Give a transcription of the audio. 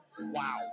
Wow